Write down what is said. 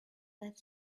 that